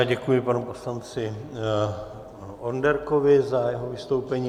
Děkuji panu poslanci Onderkovi za jeho vystoupení.